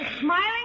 Smiling